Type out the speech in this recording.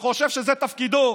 וחושב שזה תפקידו.